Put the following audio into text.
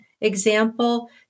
example